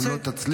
אם לא תצליח,